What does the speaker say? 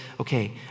okay